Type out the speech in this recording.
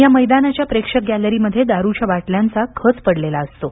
या मैदानाच्या प्रेक्षक गॅलरी मध्ये दारूच्या बाटल्यांचा खच पडलेला असतो